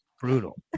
brutal